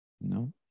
No